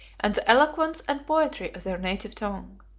and the eloquence and poetry of their native tongue.